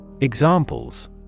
Examples